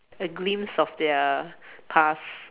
a glimpse of their past